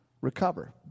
recover